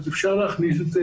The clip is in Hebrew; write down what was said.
אז אפשר להכניס את זה,